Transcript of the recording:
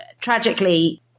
tragically